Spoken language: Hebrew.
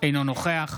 אינו נוכח